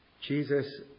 Jesus